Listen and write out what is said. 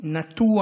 נטוע